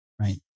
Right